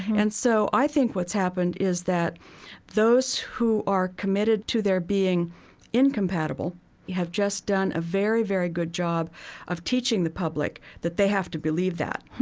and so i think what's happened is that those who are committed to their being incompatible have just done a very, very good job of teaching the public that they have to believe that.